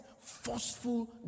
forceful